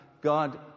God